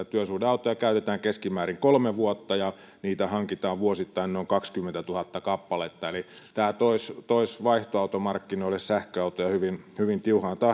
työsuhdeautoja käytetään keskimäärin kolme vuotta ja niitä hankitaan vuosittain noin kaksikymmentätuhatta kappaletta tämä toisi toisi vaihtoautomarkkinoille sähköautoja hyvin hyvin